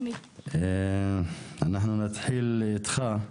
אנחנו נתחיל איתך,